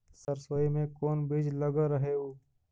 सरसोई मे कोन बीज लग रहेउ?